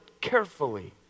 carefully